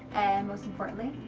and most importantly,